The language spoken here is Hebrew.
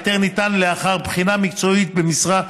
ההיתר ניתן לאחר בחינה מקצועית במשרד,